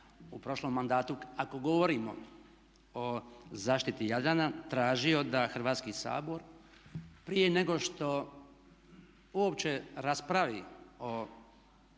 u prošlom mandatu ako govorimo o zaštiti Jadrana tražio da Hrvatski sabor prije nego što uopće raspravi o javnom